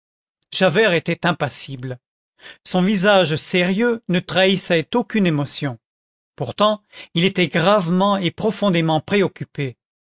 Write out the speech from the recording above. javert était impassible son visage sérieux ne trahissait aucune émotion pourtant il était gravement et profondément préoccupé